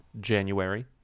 January